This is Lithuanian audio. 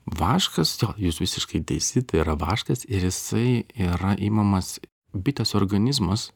vaškas to jūs visiškai teisi tai yra vaškas ir jisai yra imamas bitės organizmas